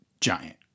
Giant